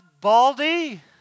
baldy